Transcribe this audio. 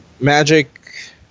magic